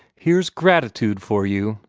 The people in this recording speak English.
here's gratitude for you!